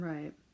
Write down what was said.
Right